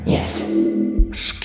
Yes